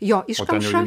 jo iškamša